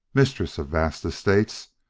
mistress of vast estates,